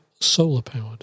solar-powered